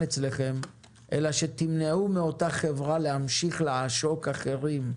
אצלכם אלא שתמנעו מאותה חברה להמשיך לעשוק אחרים.